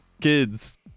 kids